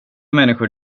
människor